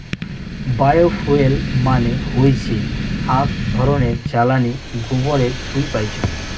bio fuel মানে হৈসে আক ধরণের জ্বালানী গোবরের থুই পাইচুঙ